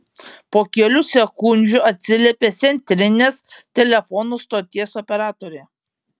po kelių sekundžių atsiliepė centrinės telefonų stoties operatorė